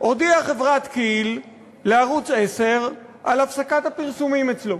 הודיעה חברת כי"ל לערוץ 10 על הפסקת הפרסומים אצלו.